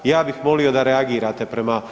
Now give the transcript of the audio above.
Ja bih molio da reagirate prema